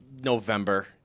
November